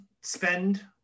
spend